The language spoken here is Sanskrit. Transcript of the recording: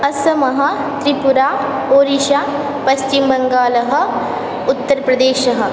अस्समः त्रिपुरा ओडिशा पश्चिमबङ्गालः उत्तरप्रदेशः